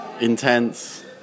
intense